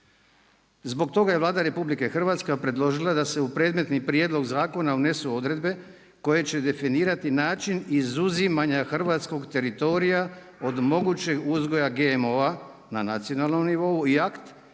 Zbog toga je Vlada RH predložila da se u predmetni prijedlog zakona unesu odredbe koje će definirati način izuzimanja hrvatskog teritorija od mogućeg uzgoja GMO-a na nacionalnom nivou i akt